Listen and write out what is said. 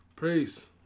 Peace